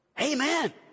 Amen